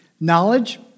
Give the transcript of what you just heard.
Knowledge